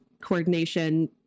coordination